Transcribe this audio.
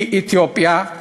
היא אתיופיה,